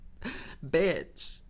Bitch